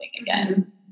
again